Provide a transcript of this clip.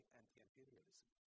anti-imperialism